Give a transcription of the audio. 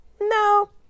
no